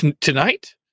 tonight